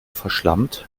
verschlampt